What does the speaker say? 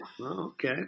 okay